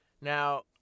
Now